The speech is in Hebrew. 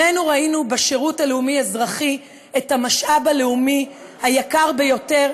שנינו ראינו בשירות הלאומי-אזרחי את המשאב הלאומי היקר ביותר,